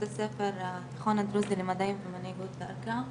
אני בוגרת בית הספר התיכון הדרוזי למדעים ומנהיגות ברכה,